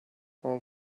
all